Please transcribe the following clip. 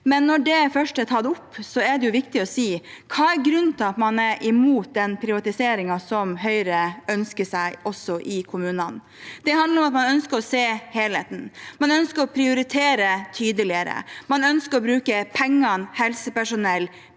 det likevel først er tatt opp, er det viktig å si hva som er grunnen til at man er imot den privatiseringen Høyre ønsker seg i kommunene. Det handler om at man ønsker å se helheten. Man ønsker å prioritere tydeligere. Man ønsker å bruke pengene og helsepersonellet